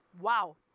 Wow